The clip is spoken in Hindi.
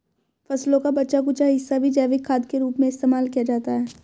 फसलों का बचा कूचा हिस्सा भी जैविक खाद के रूप में इस्तेमाल किया जाता है